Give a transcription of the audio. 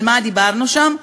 על מה דיברנו שם?